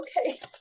okay